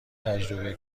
تجربه